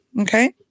Okay